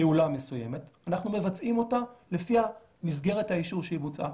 פעולה מסוימת אנחנו מבצעים אותה לפי מסגרת האישור שהיא בוצעה.